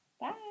Bye